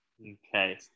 Okay